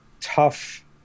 tough